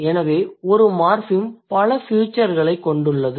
எனவே ஒரு மார்ஃபிம் பல ஃபீயுச்சர்களைக் கொண்டுள்ளது